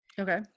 Okay